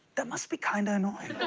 that must be kinda annoying.